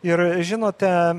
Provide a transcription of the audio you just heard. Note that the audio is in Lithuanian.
ir žinote